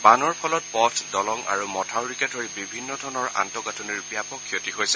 বানৰ ফলত পথ দলং আৰু মথাউৰিকে ধৰি বিভিন্ন ধৰণৰ আন্তঃগাথনিৰ ব্যপক ক্ষতি হৈছে